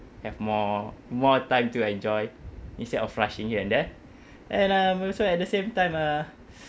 have more more time to enjoy instead of rushing here and there and um also at the same time uh